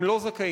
הם לא זכאים.